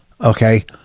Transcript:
Okay